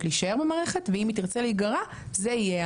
להישאר במערכת ואם היא תרצה להיגרע זה יהיה